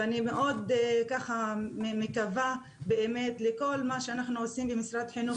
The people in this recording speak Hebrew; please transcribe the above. אני מקווה מאוד שכל מה שאנחנו עושים במשרד החינוך,